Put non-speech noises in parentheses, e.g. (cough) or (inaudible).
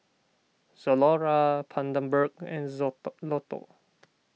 Zalora Bundaberg and (unintelligible) Lotto